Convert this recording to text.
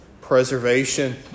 preservation